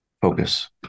focus